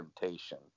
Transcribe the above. temptation